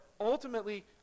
ultimately